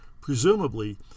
Presumably